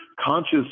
conscious